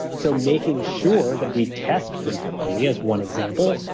so making sure that we test frequently, as one example,